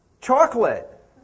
chocolate